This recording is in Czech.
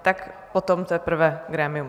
Tak potom teprve grémium.